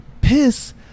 piss